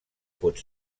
pot